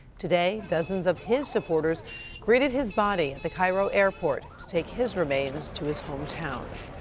today, dozens of his supporters greeted his body at the cairo airport, to take his remains to his hometown.